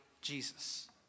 Jesus